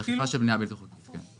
זה אכיפה של בנייה בלתי חוקית, כן.